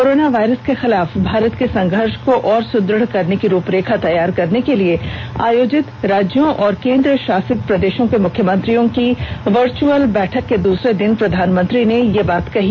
corona virus के खिलाफ भारत के संघर्ष को और सुदृढ़ करने की रूपरेखा तैयार करने के लिए आयोजित राज्यों और केन्द्रंशासित प्रदेशों के मुख्यमंत्रियों की वर्चुअल बैठक के दूसरे दिन प्रधानमंत्री मोदी ने यह बात कही